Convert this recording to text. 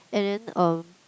and then um